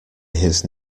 his